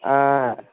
ஆ